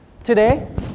Today